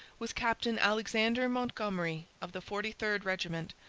was captain alexander montgomery of the forty third regiment,